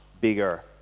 bigger